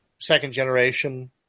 second-generation